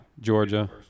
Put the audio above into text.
Georgia